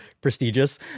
prestigious